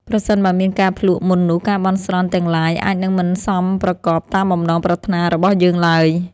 ប្រសិនបើមានការភ្លក្សមុននោះការបន់ស្រន់ទាំងឡាយអាចនឹងមិនសមប្រកបតាមបំណងប្រាថ្នារបស់យើងឡើយ។